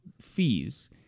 fees